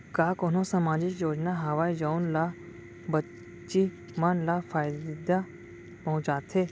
का कोनहो सामाजिक योजना हावय जऊन हा बच्ची मन ला फायेदा पहुचाथे?